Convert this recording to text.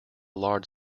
large